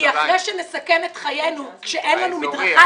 כי אחרי שנסכם את חיינו כשאין לנו מדרכה